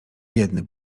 biedny